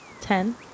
Ten